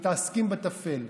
מתעסקים בטפל,